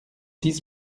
six